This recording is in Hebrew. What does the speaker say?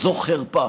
זה חרפה.